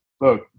look